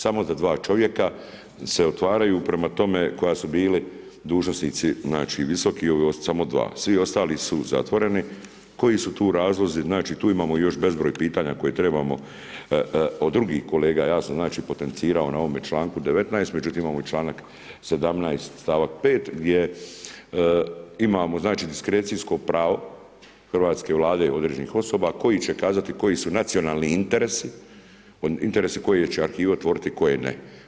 Samo sa dva čovjeka se otvaraju, prema tome koja su bili dužnosnici visoki, samo dva, svi ostali su zatvoreni, koji su tu razlozi, znači tu imam još bezbroj pitanja koje trebamo od drugih kolega, ja sam potencirao na ovome članku 19., međutim imamo članak 17. stavak 5., gdje imamo diskrecijsko pravo hrvatske Vlade, određenih osoba, koji će kazati koji su nacionalni interesi koje će arhive otvoriti, koje ne.